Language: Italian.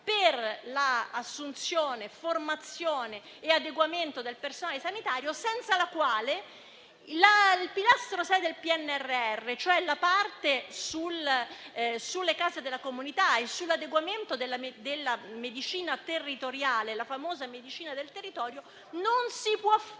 per l'assunzione, la formazione e l'adeguamento del personale sanitario, senza la quale il sesto pilastro del PNRR, cioè la parte relativa alle Case della comunità e all'adeguamento della medicina territoriale, la famosa medicina del territorio, non si può fare